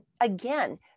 again